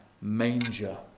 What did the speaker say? manger